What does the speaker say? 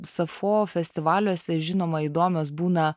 sapfo festivaliuose žinoma įdomios būna